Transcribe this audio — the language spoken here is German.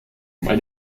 bei